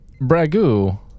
Bragu